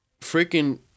Freaking